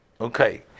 okay